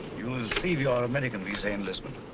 you'll receive your american visa in lisbeon.